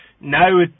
Now